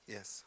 Yes